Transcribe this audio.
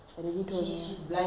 hear already right ya